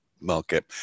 market